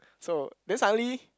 so then suddenly